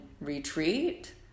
retreat